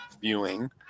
viewing